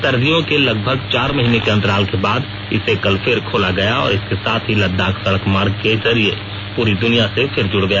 सर्दियों के लगभग चार महीने के अंतराल के बाद इसे कल फिर खोला गया और इसके साथ ही लद्दाख सड़क मार्ग के जरिये पूरी दुनिया से फिर जुड़ गया